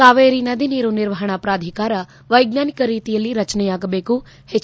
ಕಾವೇರಿ ನದಿ ನೀರು ನಿರ್ವಹಣಾ ಪ್ರಾಧಿಕಾರ ವೈಜ್ವಾನಿಕ ರೀತಿಯಲ್ಲಿ ರಚನೆಯಾಗಬೇಕು ಎಚ್